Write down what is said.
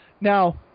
Now